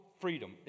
freedom